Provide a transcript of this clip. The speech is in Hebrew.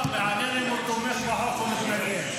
לא, מעניין אם הוא תומך בחוק או מתנגד.